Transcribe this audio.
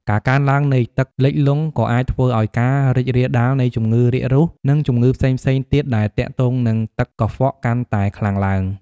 ការកើនឡើងនៃទឹកលិចលង់ ក៏អាចធ្វើឲ្យការរីករាលដាលនៃជំងឺរាករូស និងជំងឺផ្សេងៗទៀតដែលទាក់ទងនឹងទឹកកខ្វក់កាន់តែខ្លាំងឡើង។